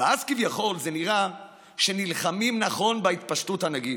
ואז כביכול זה נראה שנלחמים נכון בהתפשטות הנגיף.